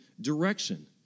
direction